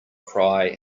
cry